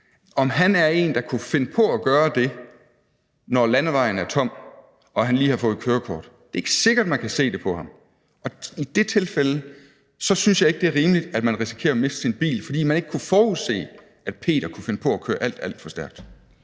om han er en, der kunne finde på at gøre det, når landevejen er tom og han lige har fået kørekort. Det er ikke sikkert, at man kan se det på ham. Og i det tilfælde synes jeg ikke, det er rimeligt, at man risikerer at miste sin bil, fordi man ikke kunne forudse, at Peter kunne finde på at køre alt, alt for stærkt.